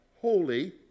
holy